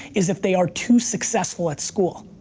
is if they are too successful at school.